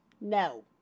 no